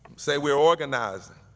say we're organizing.